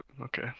okay